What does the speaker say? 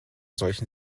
solchen